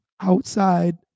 outside